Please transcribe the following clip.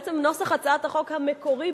בעצם נוסח הצעת החוק המקורי,